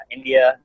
India